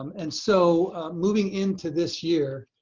um and so moving into this year,